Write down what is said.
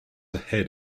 ahead